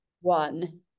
One